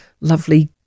lovely